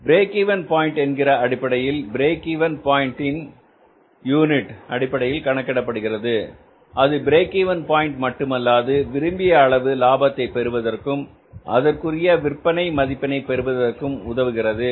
break even point என்கிற அடிப்படையில் break even point இன் யூனிட் அடிப்படையில் கணக்கிடும்போது அது பிரேக் இவென் பாயின்ட் மட்டுமல்லாது விரும்பிய அளவு லாபத்தை பெறுவதற்கும் அதற்கு உரிய விற்பனை மதிப்பினை பெறுவதற்கும் உதவுகிறது